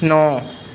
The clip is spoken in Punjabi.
ਨੌਂ